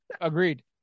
agreed